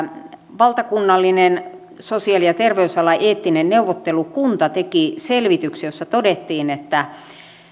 valtakunnallinen sosiaali ja terveysalan eettinen neuvottelukunta teki selvityksen jossa todettiin että